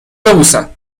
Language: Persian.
ببوسم